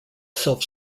self